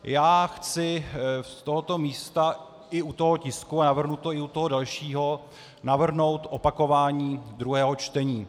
Já chci z tohoto místa i u toho tisku, a navrhnu to i u toho dalšího, navrhnout opakování druhého čtení.